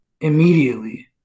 immediately